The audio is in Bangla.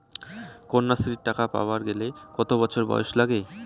কন্যাশ্রী টাকা পাবার গেলে কতো বছর বয়স লাগে?